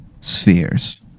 spheres